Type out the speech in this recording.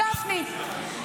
גפני, גפני.